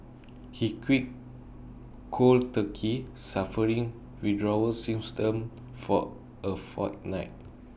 he quit cold turkey suffering withdrawal for A fortnight